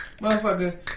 Motherfucker